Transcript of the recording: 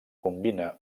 combina